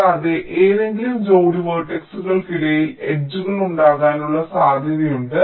കൂടാതെ ഏതെങ്കിലും ജോഡി വേർട്ടക്സുകൾക്കിടയിൽ എഡ്ജ്കൾ ഉണ്ടാകാനുള്ള സാധ്യതയുണ്ട്